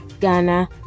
Ghana